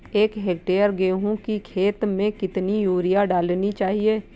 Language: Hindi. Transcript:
एक हेक्टेयर गेहूँ की खेत में कितनी यूरिया डालनी चाहिए?